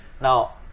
Now